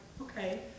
okay